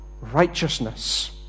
Righteousness